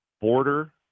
border